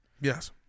Yes